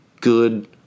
good